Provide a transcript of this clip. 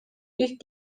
ilk